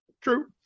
True